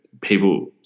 people